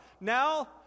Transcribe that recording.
Now